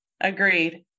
agreed